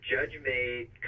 judge-made